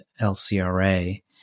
LCRA